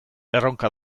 erronka